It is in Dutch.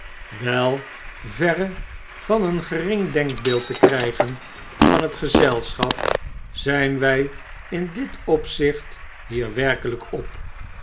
wei verre van een gering denkbeeld te krtjgen van het gezelschap zfln wij in dit opzicht hier werkelyk op